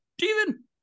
Steven